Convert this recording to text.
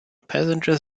passenger